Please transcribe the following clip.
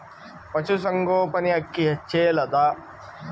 ಪಶುಸಂಗೋಪನೆ ಅಕ್ಕಿ ಹೆಚ್ಚೆಲದಾ?